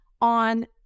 on